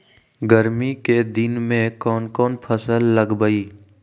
गर्मी के दिन में कौन कौन फसल लगबई?